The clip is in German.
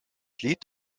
lied